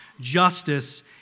justice